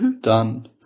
done